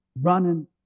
running